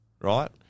right